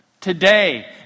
Today